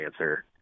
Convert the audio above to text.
answer